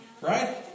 Right